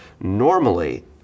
normally